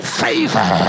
favor